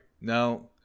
Now